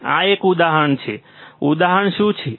આ એક ઉદાહરણ છે ઉદાહરણ શું છે